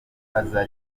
aza